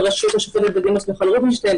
בראשות השופטת בדימוס מיכל רובינשטיין,